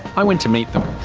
i went to meet them.